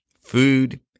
food